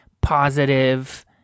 positive